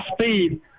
speed